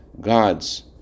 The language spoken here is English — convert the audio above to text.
gods